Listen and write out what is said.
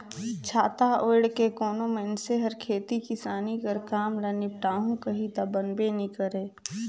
छाता ओएढ़ के कोनो मइनसे हर खेती किसानी कर काम ल निपटाहू कही ता बनबे नी करे